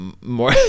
more